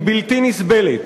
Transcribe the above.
היא בלתי נסבלת.